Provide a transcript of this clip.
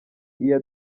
iya